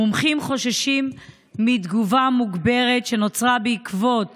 מומחים חוששים מתגובה מוגברת שנוצרה בעקבות